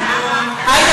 החוט, את יכולה.